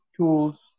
tools